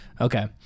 Okay